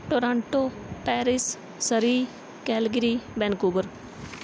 Toronto Paris Surrey Calgary Vancouver